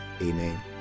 Amen